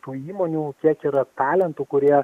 tų įmonių kiek yra talentų kurie